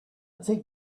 take